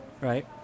right